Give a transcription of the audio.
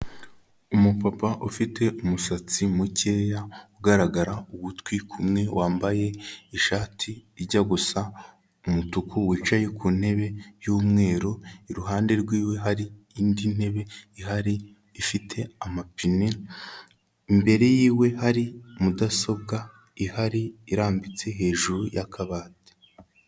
Umupapa ufite umusatsi mukeya, ugaragara ugutwi kumwe, wambaye ishati ijya gusa umutuku, wicaye ku ntebe y'umweru iruhande rwiwe hari indi ntebe ihari ifite amapine, imbere yiwe hari mudasobwa ihari irambitse hejuru y'akabati.